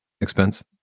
expense